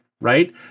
right